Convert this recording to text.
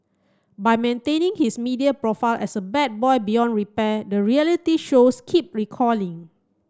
by maintaining his media profile as a bad boy beyond repair the reality shows keep calling